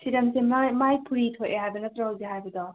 ꯁꯤꯔꯝꯁꯦ ꯃꯥꯏ ꯐꯨꯔꯤ ꯊꯣꯛꯑꯦ ꯍꯥꯏꯕ ꯅꯠꯇ꯭ꯔꯣ ꯍꯧꯖꯤꯛ ꯍꯥꯏꯕꯗꯣ